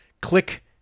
click